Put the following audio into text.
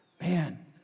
Man